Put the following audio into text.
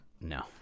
No